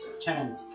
ten